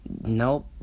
Nope